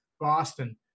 Boston